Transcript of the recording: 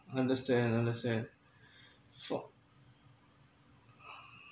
understand understand